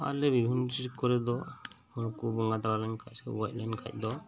ᱟᱞᱮ ᱵᱤᱨᱵᱷᱩᱢ ᱰᱤᱥᱴᱨᱤᱠ ᱠᱚᱨᱮ ᱫᱚ ᱦᱚᱲ ᱠᱚ ᱵᱚᱸᱜᱟ ᱛᱟᱞᱟ ᱞᱮᱱ ᱠᱷᱟᱡ ᱫᱚ ᱥᱮ ᱜᱚᱡᱽ ᱞᱮᱱ ᱠᱷᱟᱡ ᱫᱚ